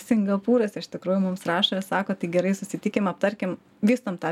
singapūras iš tikrųjų mums rašo sako tai gerai susitikim aptarkim vystom tą